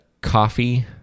coffee